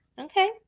Okay